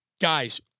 Guys